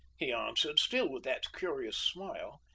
he answered, still with that curious smile.